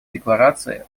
декларации